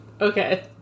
okay